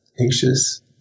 anxious